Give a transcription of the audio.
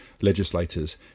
legislators